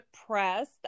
depressed